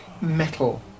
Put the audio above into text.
metal